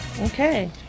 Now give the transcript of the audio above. Okay